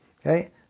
Okay